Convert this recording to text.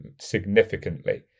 significantly